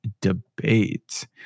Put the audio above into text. debate